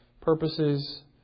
purposes